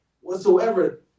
whatsoever